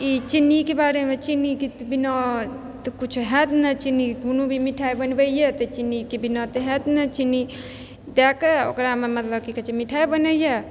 ई चिन्नीके बारेमे चिन्नीके बिना तऽ कुछौ हैत नहि चिन्नी कोनो भी मिठाई बनेबैय तऽ चिन्नीके बिना तऽ हैत नहि चिन्नी दए कऽ ओकरामे मतलब कि कहे छै मिठाइ बनैए